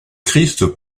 christ